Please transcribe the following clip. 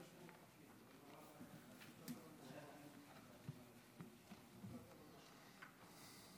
להגיד לך שהתקציב